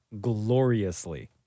gloriously